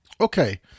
Okay